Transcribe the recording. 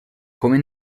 come